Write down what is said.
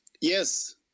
Yes